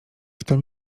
kto